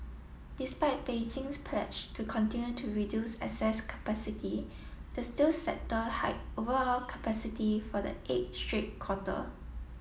despite Beijing's pledge to continue to reduce excess capacity the steel sector hiked overall capacity for the eighth straight quarter